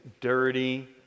dirty